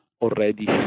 already